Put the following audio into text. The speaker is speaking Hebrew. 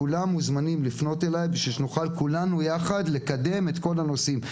כולם מוזמנים לפנות אליי בשביל שנוכל כולנו ביחד לקדם את כל הנושאים,